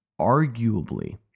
arguably